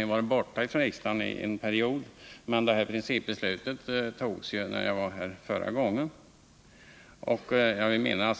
Jag har varit borta från riksdagen under en period, men principbeslutet i Riksdagens arbetsriksdagshusfrågan fattades under perioden dessförinnan.